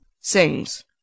Sings